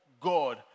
God